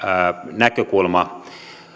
näkökulma